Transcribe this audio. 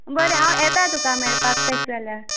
बरें हांव येता तुका मेळपाक तेशें जाल्यार